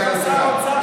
יש שם שר אוצר,